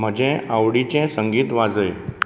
म्हजें आवडीचें संगीत वाजय